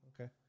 Okay